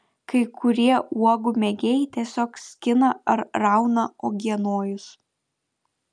kai kurie uogų mėgėjai tiesiog skina ar rauna uogienojus